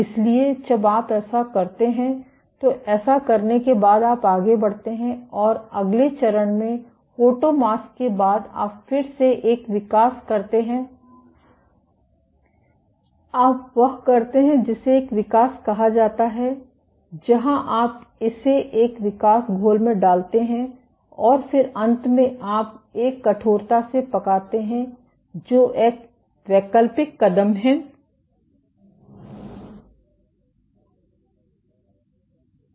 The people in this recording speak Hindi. इसलिए जब आप ऐसा करते हैं तो ऐसा करने के बाद आप आगे बढ़ते हैं और अगले चरण में फोटोमास्क के बाद आप फिर से एक विकास करते हैं आप वह करते हैं जिसे एक विकास कहा जाता है जहां आप इसे एक विकास घोल में डालते हैं और फिर अंत में आप एक कठोरता से पकाते हैं जो एक वैकल्पिक कदम है